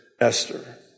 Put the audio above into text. Esther